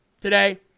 today